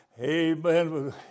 Amen